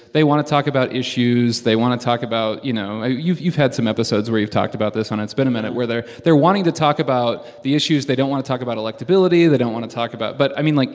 they want to talk about issues. they want to talk about, you know you've you've had some episodes where you've talked about this on it's been a minute, where they're there wanting to talk about the issues. they don't want to talk about electability. they don't want to talk about but, i mean, like,